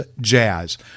jazz